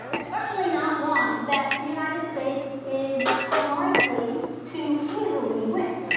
especially not one that the united states is unlikely to easily win.